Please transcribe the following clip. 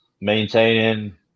maintaining